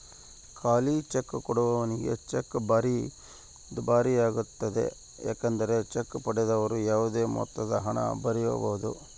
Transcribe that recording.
ಖಾಲಿಚೆಕ್ ಕೊಡುವವನಿಗೆ ಚೆಕ್ ಭಾರಿ ದುಬಾರಿಯಾಗ್ತತೆ ಏಕೆಂದರೆ ಚೆಕ್ ಪಡೆದವರು ಯಾವುದೇ ಮೊತ್ತದಹಣ ಬರೆಯಬೊದು